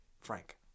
Frank